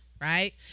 right